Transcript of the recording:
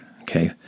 Okay